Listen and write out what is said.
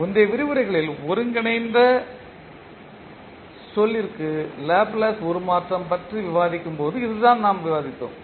முந்தைய விரிவுரைகளில் ஒருங்கிணைந்த சொல்லிற்கு லாப்லேஸ் உருமாற்றம் பற்றி விவாதிக்கும்போது இதுதான் நாம் விவாதித்தோம்